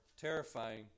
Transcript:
terrifying